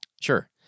Sure